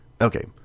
Okay